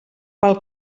pel